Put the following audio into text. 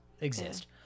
exist